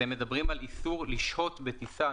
אתם מדברים על איסור לשהות בטיסה,